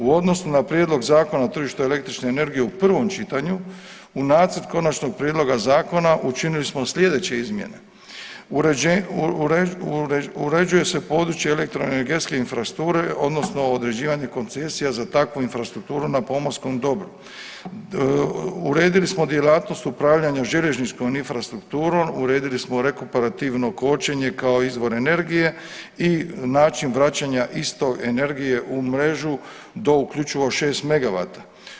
U odnosu na Prijedlog Zakona o tržištu električne energije u prvom čitanju u nacrt Konačnog prijedloga zakona učinili smo sljedeće izmjene, uređuje se područje elektroenergetske infrastrukture odnosno određivanje koncesija za takvu infrastrukturu na pomorskom dobru, uredili smo djelatnost upravljanja željezničkom infrastrukturom, uredili smo rekuparativno kočenje kao izvor energije i način vraćanja isto energije u mrežu do uključivo 6 megavata.